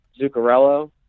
Zuccarello